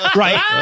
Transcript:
right